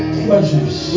pleasures